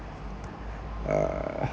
err